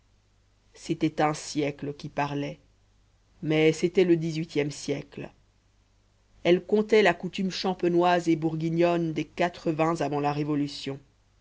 c'était un siècle qui parlait mais c'était le dix-huitième siècle elle contait la coutume champenoise et bourguignonne des quatre vins avant la révolution